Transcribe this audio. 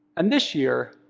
and this year,